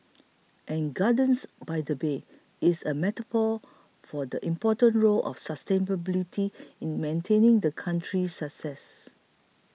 and Gardens by the Bay is a metaphor for the important role of sustainability in maintaining the country's success